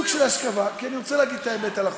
סוג של אשכבה, כי אני רוצה להגיד את האמת על החוק.